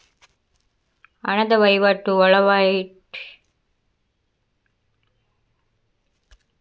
ಹಣದ ವಹಿವಾಟು ಒಳವಹಿವಾಟಿನಲ್ಲಿ ಮಾಡಿದ್ರೆ ಎಂತ ಲಾಭ ಉಂಟು?